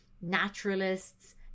naturalists